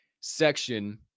section